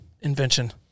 invention